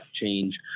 change